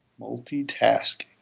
Multitasking